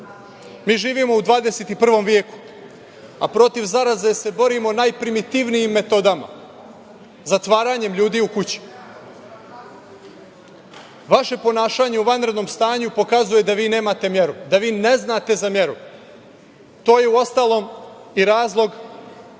živimo u 21. veku, a protiv zaraze se borimo najprimitivnijim metodama, zatvaranjem ljudi u kući. Vaše ponašanje u vanrednom stanju pokazuje da vi nemate meru, da vi ne znate za meru. Uostalom, to je